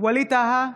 ווליד טאהא,